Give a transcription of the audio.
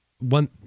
one